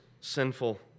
sinful